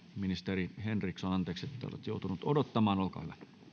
ministeri henriksson anteeksi että olette joutunut odottamaan olkaa hyvä